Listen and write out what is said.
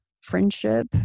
friendship